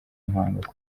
mpanga